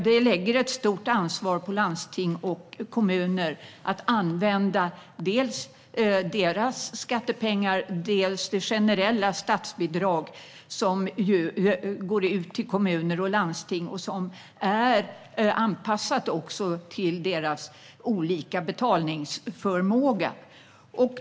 Det lägger ett stort ansvar på landsting och kommuner att använda dels sina skattepengar, dels det generella statsbidrag som går ut till kommuner och landsting och som är anpassat till deras olika betalningsförmåga.